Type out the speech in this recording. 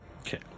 Okay